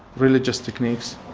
religious techniques.